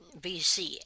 BC